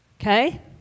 Okay